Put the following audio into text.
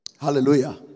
Hallelujah